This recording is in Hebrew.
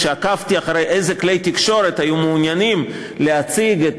כשעקבתי אילו כלי תקשורת היו מעוניינים להציג את